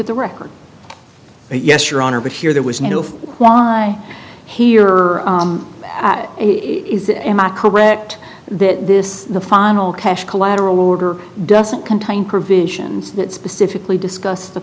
at the record yes your honor but here there was no why here is it am i correct that this the final cash collateral order doesn't contain provisions that specifically discussed the